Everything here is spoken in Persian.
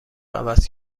عوض